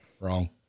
Wrong